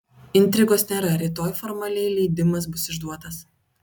intrigos nėra rytoj formaliai leidimas bus išduotas